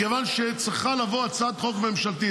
מכיוון שצריכה לבוא הצעת חוק ממשלתית.